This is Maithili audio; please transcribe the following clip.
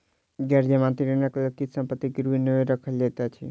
गैर जमानती ऋणक लेल किछ संपत्ति गिरवी नै राखल जाइत अछि